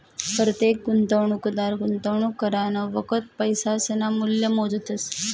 परतेक गुंतवणूकदार गुंतवणूक करानं वखत पैसासनं मूल्य मोजतस